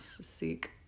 seek